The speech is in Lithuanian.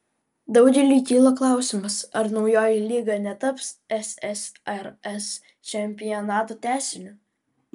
daugeliui kyla klausimas ar naujoji lyga netaps ssrs čempionato tęsiniu